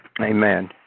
Amen